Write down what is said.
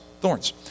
thorns